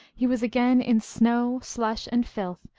he was again in snow, slush, and filth,